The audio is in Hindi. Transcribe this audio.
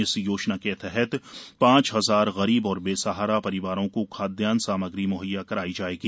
इस योजना के तहत पांच हजार गरीब और बेसहारा परिवारों को खाद्य सामग्री मुहैया कराई जायेगी